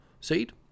seed